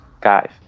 guys